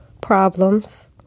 problems